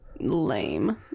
Lame